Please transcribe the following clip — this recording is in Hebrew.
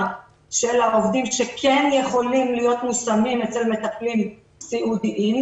של העובדים שכן יכולים להיות מושמים אצל מטפלים סיעודיים.